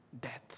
death